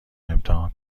امتحان